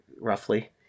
Roughly